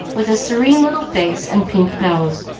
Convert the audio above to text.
with a serene little face and pink nose